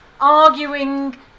arguing